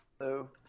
Hello